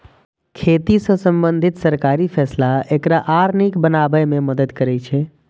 खेती सं संबंधित सरकारी फैसला एकरा आर नीक बनाबै मे मदति करै छै